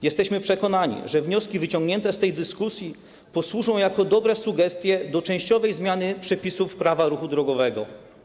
Jesteśmy przekonani, że wnioski wyciągnięte z tej dyskusji posłużą jako dobre sugestie do częściowej zmiany przepisów Prawa o ruchu drogowym.